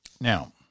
Now